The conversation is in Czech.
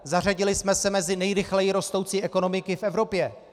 Zařadili jsme se mezi nejrychleji rostoucí ekonomiky v Evropě.